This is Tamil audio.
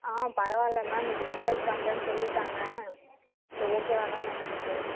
ஆ பரவாயில்லை மேம் இப்போ டிஸ்சார்ஜ் பண்ணுறேன்னு சொல்லிவிட்டாங்க இப்போ ஓகேவா தான் மேம் இருக்கு